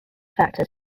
factors